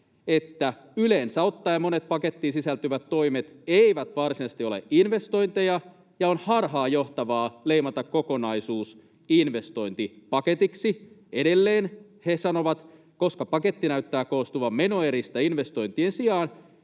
että yleensä ottaen monet pakettiin sisältyvät toimet eivät varsinaisesti ole investointeja, ja on harhaanjohtavaa leimata kokonaisuus investointipaketiksi. Edelleen he sanovat, että koska paketti näyttää koostuvan menoeristä investointien sijaan,